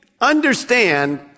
understand